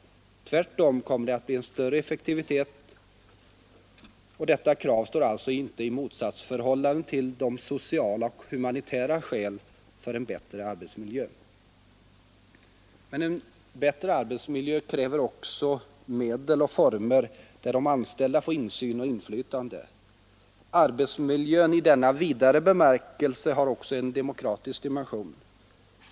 Tvärtom kommer det att bli en större effektivitet, och detta krav står alltså inte i motsatsförhållande till de sociala och humanitära skälen för en bättre arbetsmiljö. kräver också medel och former där de anställda får insyn och inflytande. Arbetsmiljön i denna vidare bemärkelse har också en demokratisk dimension.